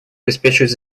обеспечивают